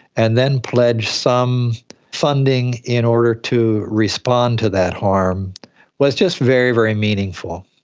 and then pledge some funding in order to respond to that harm was just very, very meaningful.